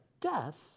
death